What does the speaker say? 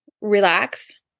relax